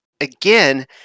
again